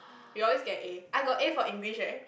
we always get A I got A for my English eh